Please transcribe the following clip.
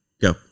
go